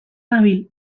nabil